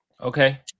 okay